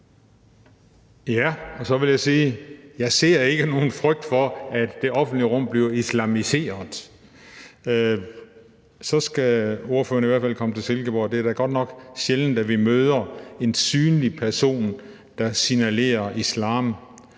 Ja, og så vil jeg sige, at jeg ikke ser nogen frygt for, at det offentlige rum bliver islamiseret. Så ordføreren skulle komme til Silkeborg, for det er da godt nok sjældent, at vi møder en person, der synligt signalerer islam